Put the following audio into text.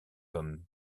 comme